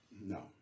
No